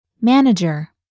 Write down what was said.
manager